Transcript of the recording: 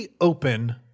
open